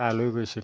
তালৈ গৈছিল